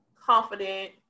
confident